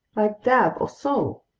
dab or sole!